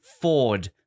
Ford